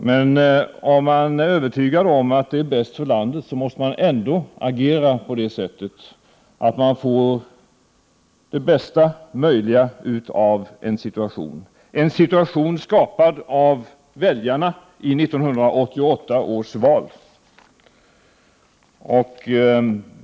Men om man är övertygad om att det är bäst för landet, måste man agera på det sättet att man får det bästa möjliga ut av en situation, en situation skapad av väljarna i 1988 års val.